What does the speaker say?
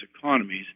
economies